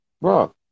Bro